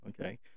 okay